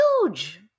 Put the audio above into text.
huge